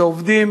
שעובדים